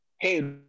Hey